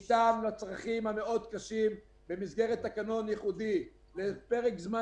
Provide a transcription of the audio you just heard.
ניתן לצרכים הקשים מאוד במסגרת תקנון ייחודי לפרק זמן